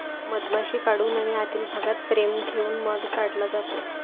मधमाशी काढून आणि आतील भागात फ्रेम ठेवून मध काढला जातो